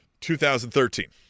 2013